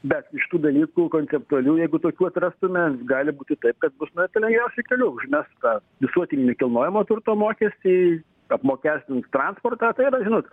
bet iš tų dalykų konceptualių jeigu tokių atrastume gali būti taip kad bus nueita lengviausiu keliu užmes tą visuotinį nekilnojamo turto mokestį apmokestins transportą tai yra žinot